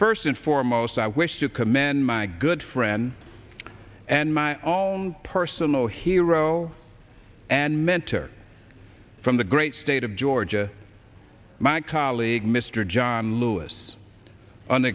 first and foremost i wish to commend my good friend and my own personal hero and mentor from the great state of georgia my colleague mr john lewis on the